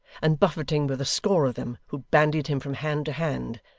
and buffeting with a score of them, who bandied him from hand to hand,